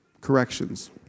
corrections